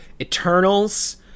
Eternals